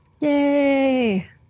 Yay